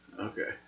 Okay